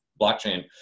blockchain